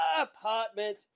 apartment